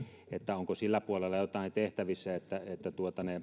onko sillä puolella jotain tehtävissä että että